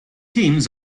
teams